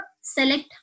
select